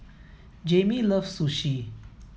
Jamie loves Sushi